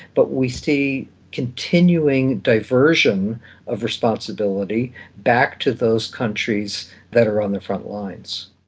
but we see continuing diversion of responsibility back to those countries that are on the front-lines.